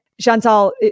Chantal